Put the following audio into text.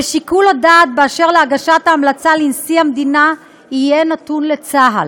ושיקול הדעת באשר להגשת ההמלצה לנשיא המדינה יהיה נתון לצה"ל.